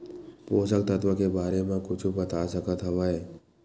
पोषक तत्व के बारे मा कुछु बता सकत हवय?